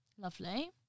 Lovely